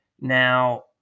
Now